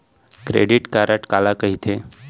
Credit card काला कहिथे?